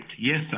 yes